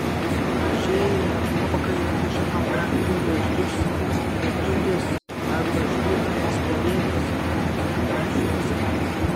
mažieji apuokai užima kranklių lizdus lututės arba žvirblinės pelėdos peri uoksuose